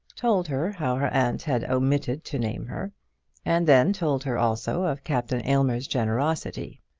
told her how her aunt had omitted to name her and then told her also of captain aylmer's generosity.